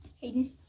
Hayden